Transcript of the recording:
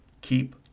keep